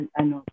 ano